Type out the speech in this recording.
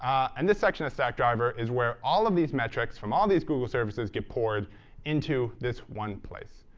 and this section of stackdriver is where all of these metrics from all these google services get poured into this one place.